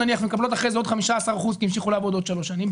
ומקבלות אחר עוד 15 אחוזים כי הן המשיכו לעבוד עוד שלוש שנים.